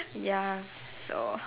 ya so